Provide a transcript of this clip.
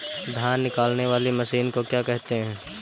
धान निकालने वाली मशीन को क्या कहते हैं?